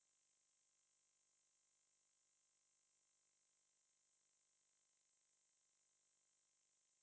orh oxtail soup eh mutton curry ah okay I I think curry okay because curry supposed to be 重重味 [one] mah